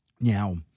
Now